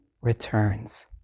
returns